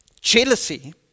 jealousy